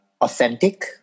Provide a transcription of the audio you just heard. authentic